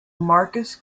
marcus